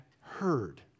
heard